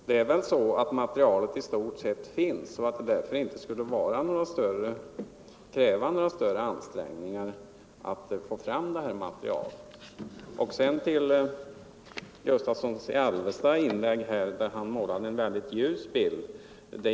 Det är väl så att materialet i stort sett redan finns, och därför skulle det inte kräva några större ansträngningar att göra en sammanställning av det. Sedan målade herr Gustavsson i Alvesta i sitt anförande en mycket ljus bild av läget.